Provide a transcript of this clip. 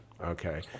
Okay